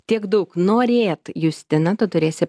tiek daug norėt justina tu turėsi